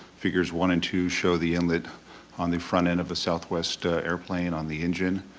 figures one and two show the inlet on the front end of a southwest airplane on the engine.